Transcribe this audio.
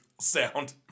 sound